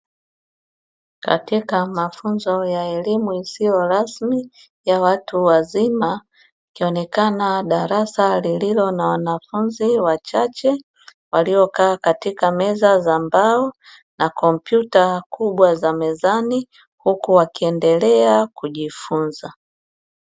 Katika mafunzo ya elimu isiyo rasmi, ya watu wazima kionekana darasa lililo na wanafunzi wachache waliokaa katika meza za mbao na kompyuta kubwa za mezani huku wakiendelea kujifunza.